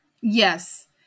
yes